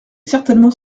certainement